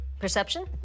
Perception